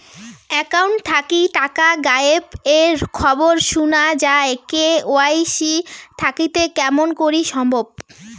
Account থাকি টাকা গায়েব এর খবর সুনা যায় কে.ওয়াই.সি থাকিতে কেমন করি সম্ভব?